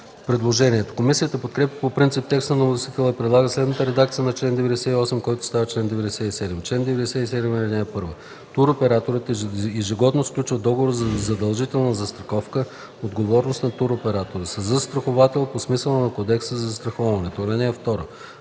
предложението. Комисията подкрепя по принцип текста на вносителя и предлага следната редакция на чл. 98, който става чл. 97: „Чл. 97. (1) Туроператорът ежегодно сключва договор за задължителна застраховка „Отговорност на туроператора” със застраховател по смисъла на Кодекса за застраховането. (2)